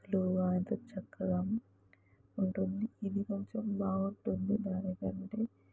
స్లోగా ఎంతో చక్కగా ఉంటుంది ఇది కొంచెం బాగుంటుంది దాని కంటే